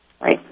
Right